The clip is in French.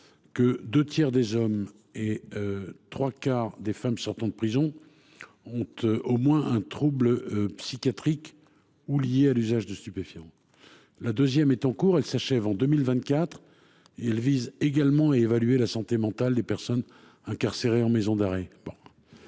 les deux tiers des hommes et les trois quarts des femmes sortant de prison ont au moins un trouble psychiatrique ou lié à l'usage de stupéfiants. La seconde est en cours et s'achèvera en 2024 : elle vise également à évaluer la santé mentale des personnes incarcérées en maison d'arrêt.